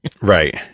Right